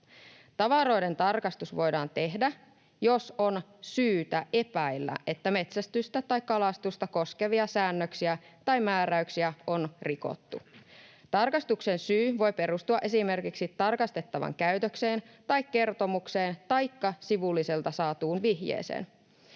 Tavaroiden tarkastus voidaan tehdä, jos on syytä epäillä, että metsästystä tai kalastusta koskevia säännöksiä tai määräyksiä on rikottu. Tarkastuksen syy voi perustua esimerkiksi tarkastettavan käytökseen tai kertomukseen taikka sivulliselta saatuun vihjeeseen.